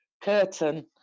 curtain